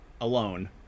alone